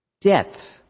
death